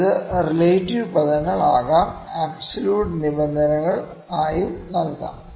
ഇത് റിലേറ്റീവ് പദങ്ങളിൽ നൽകാം അബ്സോല്യൂട്ട് നിബന്ധനകൾ ആയും നൽകാം